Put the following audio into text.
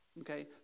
Okay